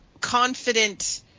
confident